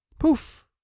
poof